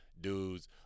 dudes